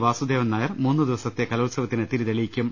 വാസുദേവൻ നായർ മൂന്ന് ദിവസത്തെ കലോത്സവത്തിന് തിരിതെളിയിക്കും